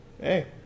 hey